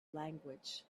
language